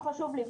חשוב לי,